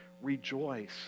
rejoice